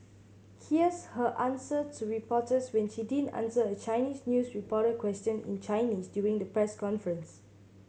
here's her answer to reporters when she didn't answer a Chinese news reporter question in Chinese during the press conference